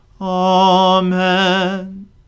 Amen